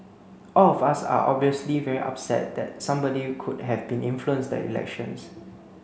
all of us are obviously very upset that somebody could have been influenced the election